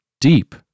deep